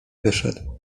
wyszedł